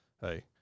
Hey